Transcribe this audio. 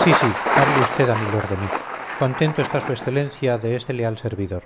sí sí hable usted a milord de mí contento está su excelencia de este leal servidor